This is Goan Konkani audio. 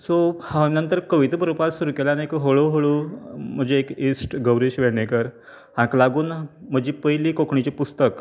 सो हांव नंतर कविता बरोवपाक सुरूं केलें आनीक हळू हळू म्हजें इश्ट गौरीश वेर्णेकर हाका लागून म्हजी पयली कोंकणीची पुस्तक